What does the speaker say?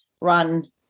run